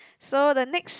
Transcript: so the next